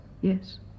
yes